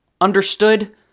Understood